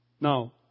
Now